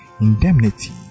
indemnity